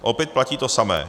Opět platí to samé.